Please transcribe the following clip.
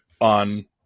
on